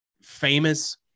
famous